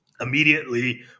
immediately